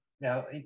now